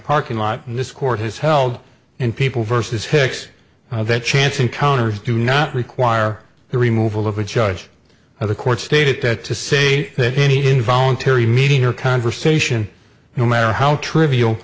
parking lot in this court has held in people versus hicks that chance encounters do not require the removal of a judge or the court stated that to say that any involuntary meeting or conversation no matter how trivial